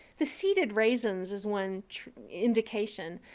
the seeded raisins is one indication.